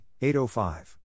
805